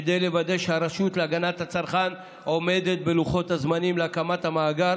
כדי לוודא שהרשות להגנת הצרכן עומדת בלוחות הזמנים להקמת המאגר